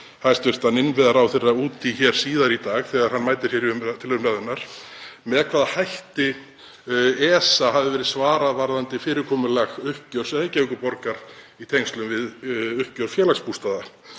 hæstv. innviðaráðherra út í hér síðar í dag þegar hann mætir til umræðunnar, með hvaða hætti ESA hafi verið svarað varðandi fyrirkomulag uppgjörs Reykjavíkurborgar í tengslum við uppgjör Félagsbústaða,